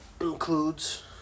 includes